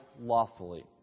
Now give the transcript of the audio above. lawfully